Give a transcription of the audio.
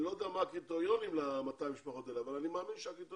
אני לא יודע מה הקריטריונים ל-200 המשפחות האלה אבל אני מאמין שהם